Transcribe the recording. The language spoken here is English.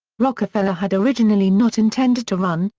rockefeller had originally not intended to run,